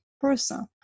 person